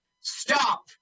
Stop